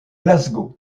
glasgow